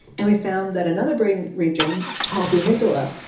and we found that another brain region called the amygdala,